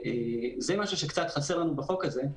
זה משהו שקצת חסר לנו בחוק הזה.